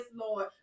Lord